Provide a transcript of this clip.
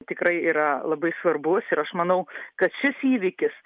tikrai yra labai svarbus ir aš manau kad šis įvykis